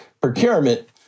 procurement